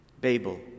Babel